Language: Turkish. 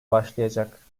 başlayacak